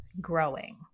growing